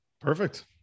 Perfect